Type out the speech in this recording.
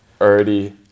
already